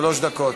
זהבה,